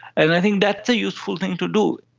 and i think that's a useful thing to do.